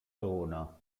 alguno